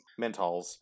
Mentals